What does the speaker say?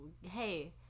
Hey